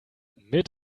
mit